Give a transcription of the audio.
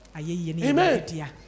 Amen